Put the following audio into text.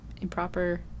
improper